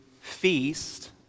feast